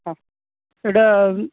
ହଁ ସେଇଟା